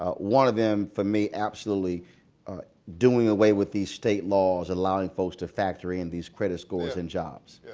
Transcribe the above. ah one of them for me, absolutely doing away with these state laws, allowing folks to factor in these credit scores and jobs.